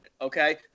okay